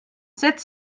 sept